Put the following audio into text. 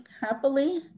happily